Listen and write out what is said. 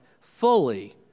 fully